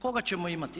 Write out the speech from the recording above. Koga ćemo imati?